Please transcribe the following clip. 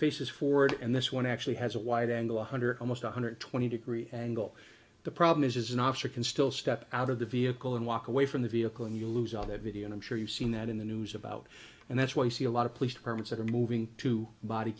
faces forward and this one actually has a wide angle one hundred almost one hundred twenty degree angle the problem is an officer can still step out of the vehicle and walk away from the vehicle and you lose all that video and i'm sure you've seen that in the news about and that's why you see a lot of police departments that are moving to body